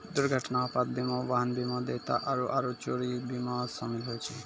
दुर्घटना आपात बीमा मे वाहन बीमा, देयता बीमा आरु चोरी बीमा शामिल होय छै